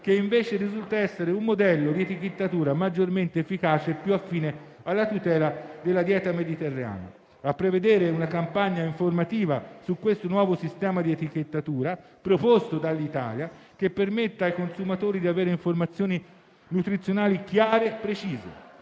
che risulta essere un modello di etichettatura maggiormente efficace e più affine alla tutela della dieta mediterranea; prevedere una campagna informativa su questo nuovo sistema di etichettatura proposto dall'Italia, che permetta ai consumatori di avere informazioni nutrizionali chiare e precise